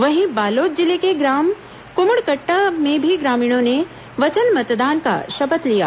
वहीं बालोद जिले के ग्राम कुमुड़कट्टा में भी ग्रामीणों ने वचन मतदान का शपथ लिया